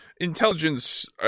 intelligence